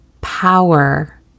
power